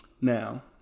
Now